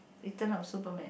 return of superman